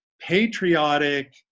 patriotic